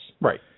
right